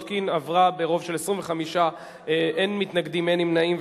התשע"א 2011,